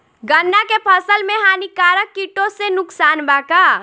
गन्ना के फसल मे हानिकारक किटो से नुकसान बा का?